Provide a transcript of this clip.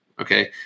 Okay